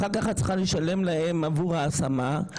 אחר כך את צריכה לשלם להם עבור ההשמה.